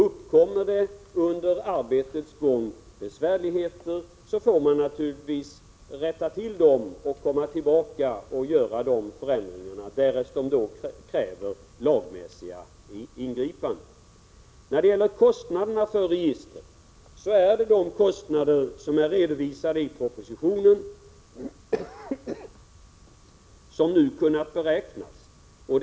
Uppkommer det under arbetets gång besvärligheter, så får man naturligtvis rätta till dem och komma tillbaka med förslag till förändringar, därest det krävs lagmässiga ingripanden. När det gäller kostnaderna för registret vill jag säga att de kostnader som nu kunnat beräknas har redovisats i propositionen.